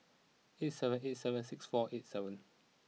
eight seven eight seven six four eight seven